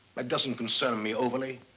that doesn't concern me overly.